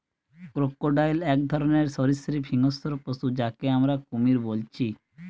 crocodile এক ধরণের সরীসৃপ হিংস্র পশু যাকে আমরা কুমির বলছি